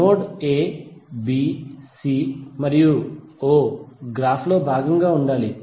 node a b c మరియు o graph లో భాగంగా ఉండాలి